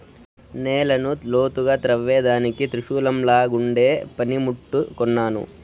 నేలను లోతుగా త్రవ్వేదానికి త్రిశూలంలాగుండే పని ముట్టు కొన్నాను